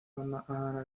anaranjada